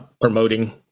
promoting